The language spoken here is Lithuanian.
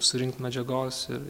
surinkt medžiagos ir